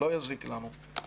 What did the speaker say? לא יזיק לנו.